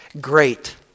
Great